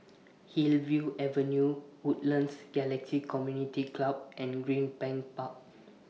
Hillview Avenue Woodlands Galaxy Community Club and Greenbank Park